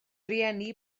rieni